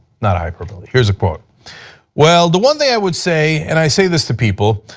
not a hyperbole, here's a quote well, the one thing i would say, and i say this to people,